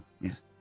yes